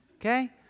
okay